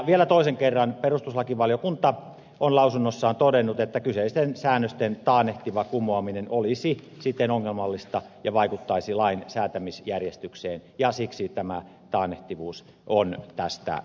vielä toisen kerran perustuslakivaliokunta on lausunnossaan todennut että kyseisten säännösten taannehtiva kumoaminen olisi ongelmallista ja vaikuttaisi lain säätämisjärjestykseen ja siksi tämä taannehtivuus on tästä poistettu